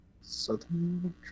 southern